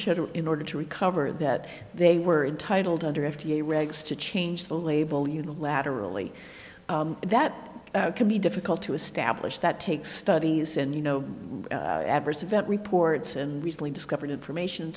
to in order to recover that they were entitled under f d a regs to change the label unilaterally that can be difficult to establish that takes studies and you know adverse event reports and recently discovered information